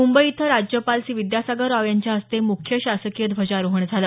मुंबई इथं राज्यपाल सी विद्यासागर राव यांच्या हस्ते मुख्य शासकीय ध्वजारोहण झालं